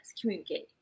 communicate